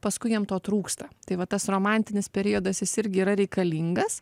paskui jiem to trūksta tai va tas romantinis periodas jis irgi yra reikalingas